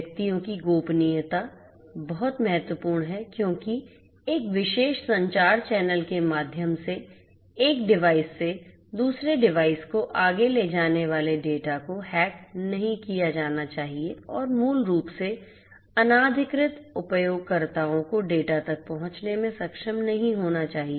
व्यक्तियों की गोपनीयता बहुत महत्वपूर्ण है क्योंकि एक विशेष संचार चैनल के माध्यम से एक डिवाइस से दूसरे डिवाइस को आगे ले जाने वाले डेटा को हैक नहीं किया जाना चाहिए और मूल रूप से अनधिकृत उपयोगकर्ताओं को डेटा तक पहुंचने में सक्षम नहीं होना चाहिए